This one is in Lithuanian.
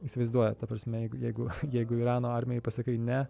įsivaizduojat ta prasme jeigu jeigu irano armijai pasakai ne